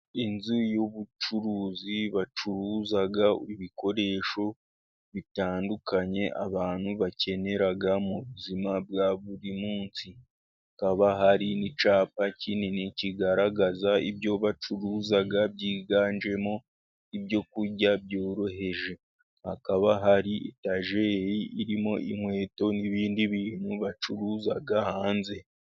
Inzu y'ubucuruzi bacuruza ibikoresho bitandukanye, abantu bakenera mu buzima bwa buri munsi. Hakaba hari n'icyapa kinini kigaragaza ibyo bacuruza, byiganjemo ibyo kurya byoroheje. Hakaba hari etajeri irimo inkweto n'ibindi bintu bacuruza hanze.